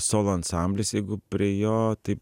solo ansamblis jeigu prie jo taip